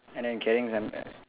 and then carrying some uh